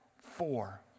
Four